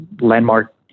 landmark